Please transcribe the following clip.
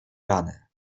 ranę